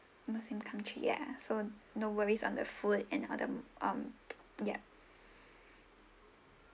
muslim country ya so no worries on the food and all the um yup